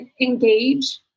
engage